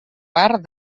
part